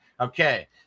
Okay